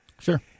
Sure